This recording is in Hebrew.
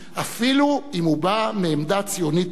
אפילו אם הוא בא מעמדה ציונית פרגמטית.